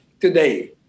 today